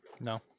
No